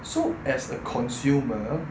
so as a consumer